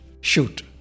shoot